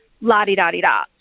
La-di-da-di-da